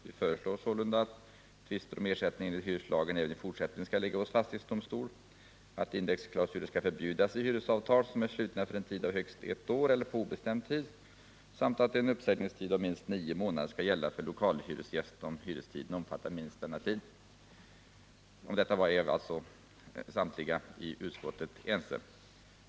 Vi föreslår sålunda att tvister om ersättning enligt hyreslagen även i fortsättningen skall handläggas hos fastighetsdomstol, att indexklausuler skall förbjudas i hyresavtal som är slutna för en tid av högst ett år eller på obestämd tid samt att en uppsägningstid av minst nio månader skall gälla för lokalhyresgäst, om hyrestiden omfattar minst denna tid. Om detta är alltså samtliga i utskottet ense.